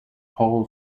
call